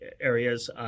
areas